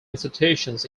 institutions